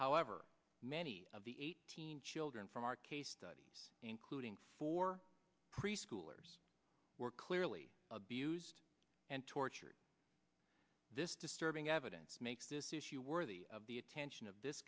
however many of the eighteen children from our case studies including for preschoolers were clearly abused and tortured this disturbing evidence makes this issue worthy of the attention of this